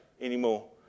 anymore